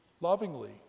lovingly